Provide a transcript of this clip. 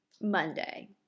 Monday